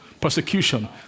Persecution